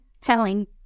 telling